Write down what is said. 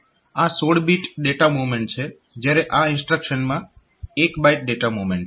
આ 16 bit data movement છે જ્યારે આ ઇન્સ્ટ્રક્શનમાં 1 બાઈટ ડેટા મૂવમેન્ટ છે